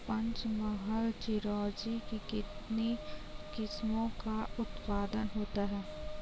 पंचमहल चिरौंजी की कितनी किस्मों का उत्पादन होता है?